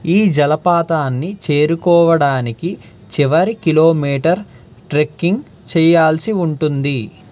ఈ జలపాతాన్ని చేరుకోవడానికి చివరి కిలోమీటర్ ట్రెక్కింగ్ చెయ్యాల్సి ఉంటుంది